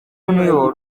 junior